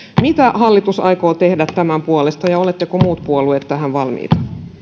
mitä hallitus aikoo tehdä tämän puolesta ja oletteko muut puolueet tähän valmiita